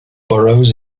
burrows